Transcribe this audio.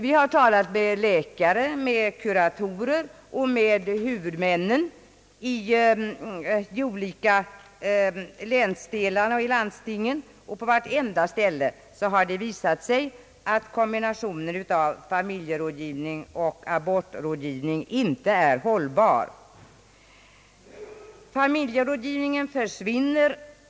Vi har talat med läkare, med kuratorer och med huvudmännen i de olika länsdelarna och i landstingen, och överallt har det visat sig att kombinationen av familjerådgivning och abortrådgivning inte är hållbar. Familjerådgivningen försvinner.